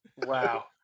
Wow